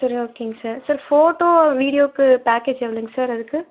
சரி ஓகேங்க sir sir photo வீடியோவுக்கு பேக்கேஜ் எவ்வளோங்க சார் அதுக்கு